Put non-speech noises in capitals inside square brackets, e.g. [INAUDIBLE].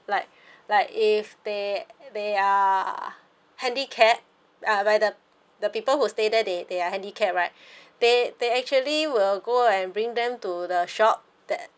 like like if they they are handicapped uh by the the people who stay there they they are handicapped right [BREATH] they they actually will go and bring them to the shop that